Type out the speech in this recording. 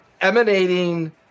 emanating